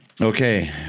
okay